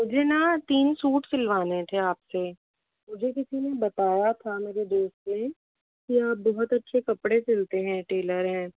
मुझ ना तीन सूट सिलवाने थे आपसे मुझे किसी ने बताया था मेरे दोस्त ने कि आप बहुत अच्छे कपड़े सिलते हैं टेलर